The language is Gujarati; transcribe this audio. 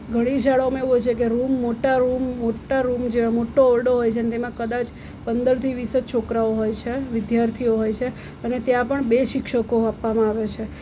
ઘણી શાળઓમાં એવું હોય છે કે મોટા રૂમ જેવા મોટા રૂમ મોટા ઓરડો હોય છે ને તેમાં કદાચ પંદરથી વીસ જ છોકરાઓ હોય છે વિદ્યાર્થીઓ હોય છે અને ત્યાં પણ બે શિક્ષકો આપવામાં આવે છે